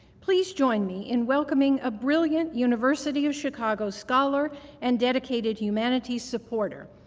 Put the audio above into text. please join me in welcoming a brilliant university of chicago scholar and dedicated humanities supporter.